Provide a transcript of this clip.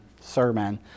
sermon